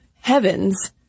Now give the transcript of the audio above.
heavens